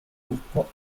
gruppo